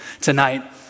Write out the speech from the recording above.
tonight